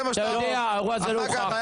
אגב,